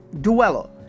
Duello